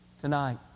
Tonight